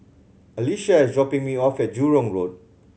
Alycia is dropping me off at Jurong Road